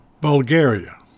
Bulgaria